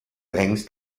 hängst